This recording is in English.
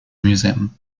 museum